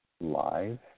live